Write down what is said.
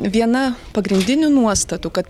viena pagrindinių nuostatų kad